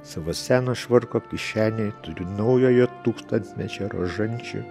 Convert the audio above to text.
savo seno švarko kišenėj turiu naujojo tūkstantmečio rožančių